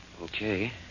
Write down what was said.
Okay